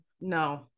no